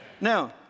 Now